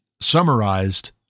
summarized